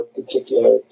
particular